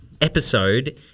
episode